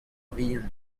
oriant